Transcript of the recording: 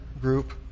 group